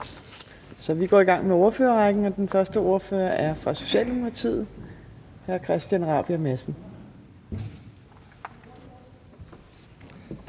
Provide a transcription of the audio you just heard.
så vi går i gang med ordførerrækken. Og den første ordfører er fra Socialdemokratiet, hr. Christian Rabjerg Madsen.